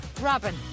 Robin